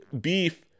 beef